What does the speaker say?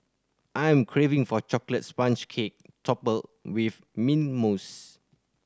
I am craving for chocolate sponge cake topped with mint mousse